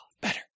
better